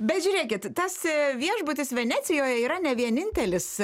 bet žiūrėkit tas viešbutis venecijoj yra ne vienintelis